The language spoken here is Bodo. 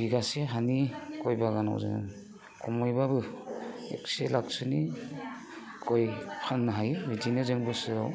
बिगासे हानि गय बागानाव जोङो खमैब्लाबो से लाखसोनि गय फाननो हायो बिदिनो जों बोसोराव